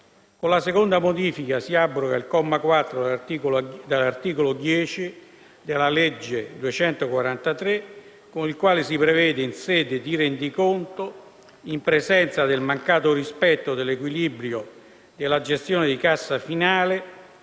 Con la seconda modifica si abroga il comma 4 dell'articolo 10 della legge n. 243, con il quale si prevede in sede di rendiconto, in presenza del mancato rispetto dell'equilibrio della gestione di cassa finale,